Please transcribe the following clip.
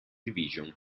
division